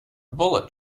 bullet